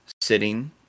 sitting